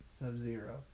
Sub-zero